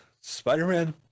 Spider-Man